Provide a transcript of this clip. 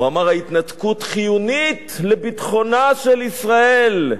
הוא אמר: ההתנתקות חיונית לביטחונה של ישראל,